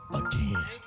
again